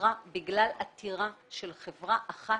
נוצרה בגלל עתירה של חברה אחת